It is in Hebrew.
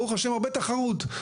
ברוך השם, הרבה תחרות.